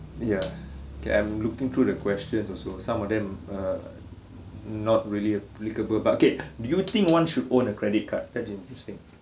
ya okay I'm looking through the questions also some of them uh not really applicable but okay do you think one should own a credit card that is interesting